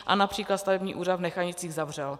A například stavební úřad v Nechanicích zavřel.